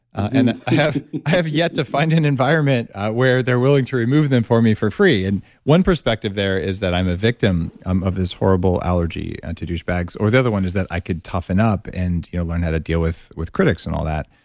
i have have yet to find an environment where they're willing to remove them for me for free. and one perspective there is that i'm a victim um of this horrible allergy to douchebags, or the other one is that i could toughen up and you know learn how to deal with with critics and all that,